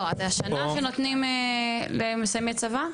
השנה שנותנים למסיימי צבא?